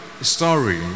story